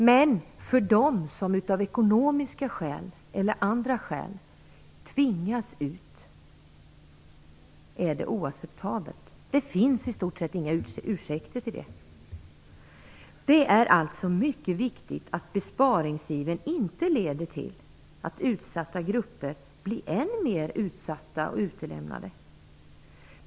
Men för dem som av ekonomiska eller andra skäl tvingas ut är det oacceptabelt. Det finns i stort sett inga ursäkter för det. Det är alltså mycket viktigt att besparingsivern inte leder till att utsatta grupper blir ännu mer utsatta och utelämnade.